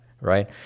right